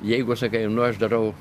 jeigu sakai nu aš darau